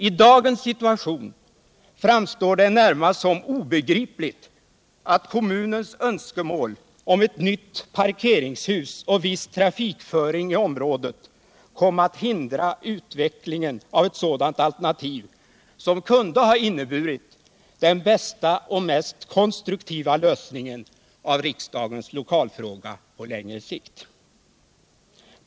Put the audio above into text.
I dagens situation framstår det närmast som obegripligt att kommunens önskemål om ett nytt parkeringshus och viss trafikföring i området kom att hindra utvecklingen av ett sådant alternativ som kunde ha inneburit den bästa och mest konstruktiva lösningen av riksdagens lokalfråga på längre sikt.